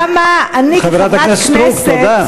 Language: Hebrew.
למה אני כחברת כנסת, חברת הכנסת סטרוק, תודה.